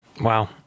wow